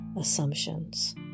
assumptions